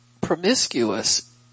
promiscuous